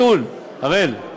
אראל.